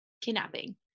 kidnapping